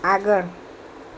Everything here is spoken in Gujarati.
આગળ